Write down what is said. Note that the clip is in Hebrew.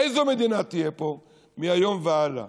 איזו מדינה תהיה פה מהיום והלאה?